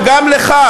וגם לך.